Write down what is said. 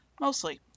mostly